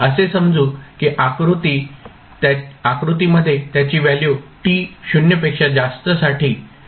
असे समजू की आकृतीमध्ये त्याची व्हॅल्यू t 0 पेक्षा जास्तसाठी शोधणे आवश्यक आहे